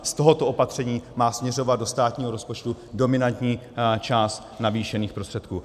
Z tohoto opatření má směřovat do státního rozpočtu dominantní část navýšených prostředků.